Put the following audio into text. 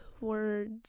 words